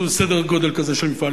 סדר-גודל כזה של מפעל,